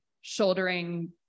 shouldering